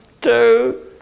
two